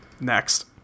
Next